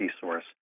source